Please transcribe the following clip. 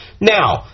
now